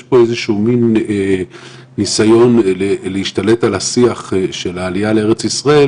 יש פה מעין ניסיון להשתלט על השיח של העלייה לארץ ישראל